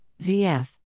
ZF